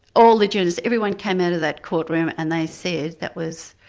all the journalists, everyone came out of that courtroom and they said that was,